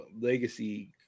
legacy